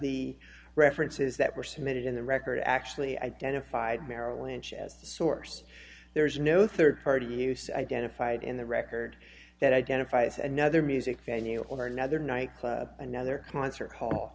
the references that were submitted in the record actually identified merrill lynch as a source there is no rd party use identified in the record that identifies another music venue or another nightclub another concert hall